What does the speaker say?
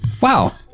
wow